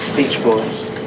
beach boys.